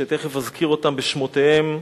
שתיכף אזכיר אותם בשמותיהם,